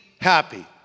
happy